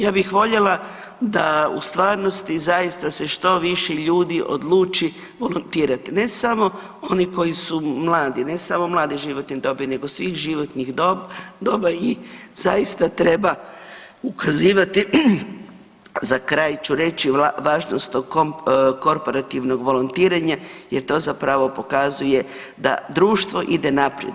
Ja bih voljela da u stvarnosti zaista se što više ljudi odluči volontirati, ne samo oni koji su mladi, ne samo mlade životne dobi, nego svih životnih doba i zaista treba ukazivati, za kraj ću reći, važnost o korporativnog volontiranja jer to zapravo pokazuje da društvo ide naprijed.